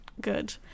good